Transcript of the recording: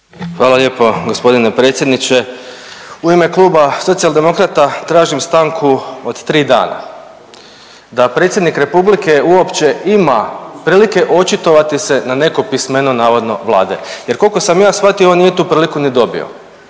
Hvala lijepa gospodine predsjedniče. U ime Kluba Socijaldemokrata tražim stanku od 3 dana da Predsjednik Republike uopće ima prilike očitovati se na neko pismeno navodno Vlade jer koliko sam ja shvatio on nije tu priliku ni dobio.